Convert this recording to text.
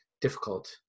difficult